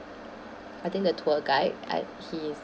I think the tour guide I his